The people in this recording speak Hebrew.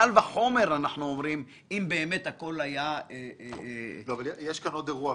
קל וחומר אם באמת הכל היה -- יש כאן עוד אירוע,